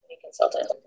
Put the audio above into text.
consultant